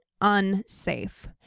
unsafe